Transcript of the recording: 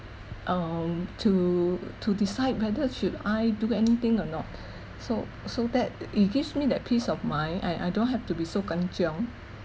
um to to decide whether should I do anything or not so so that it gives me that peace of mind and I don't have to be so kanchiong